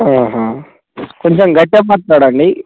కొంచెం గట్టిగా మాట్లాడండి